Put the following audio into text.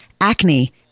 acne